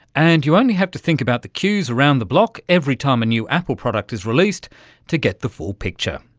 and you only have to think about the queues around the block every time a new apple product is released to get the full picture.